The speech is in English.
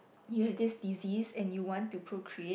you have this disease and you want to procreate